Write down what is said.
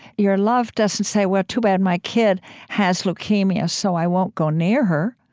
your love doesn't say, well, too bad my kid has leukemia, so i won't go near her.